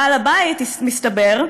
בעל-הבית, מסתבר,